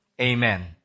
Amen